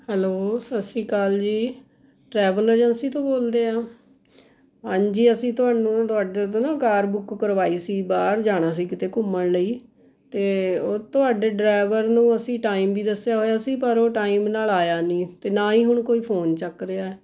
hello ਸਤਿ ਸ਼੍ਰੀ ਅਕਾਲ ਜੀ ਟਰੈਵਲ ਏਜੰਸੀ ਤੋਂ ਬੋਲਦੇ ਹਾਂ ਹਾਂਜੀ ਅਸੀਂ ਤੁਹਾਨੂੰ ਤੁਹਾਡੇ ਤੋਂ ਨਾ ਕਾਰ ਬੁੱਕ ਕਰਵਾਈ ਸੀ ਬਾਹਰ ਜਾਣਾ ਸੀ ਕਿਤੇ ਘੁੰਮਣ ਲਈ ਅਤੇ ਉਹ ਤੁਹਾਡੇ ਡਰਾਈਵਰ ਨੂੰ ਅਸੀਂ ਟਾਈਮ ਵੀ ਦੱਸਿਆ ਹੋਇਆ ਸੀ ਪਰ ਉਹ ਟਾਈਮ ਨਾਲ਼ ਆਇਆ ਨਹੀਂ ਅਤੇ ਨਾ ਹੀ ਹੁਣ ਕੋਈ ਫ਼ੋਨ ਚੱਕ ਰਿਹਾ